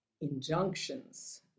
injunctions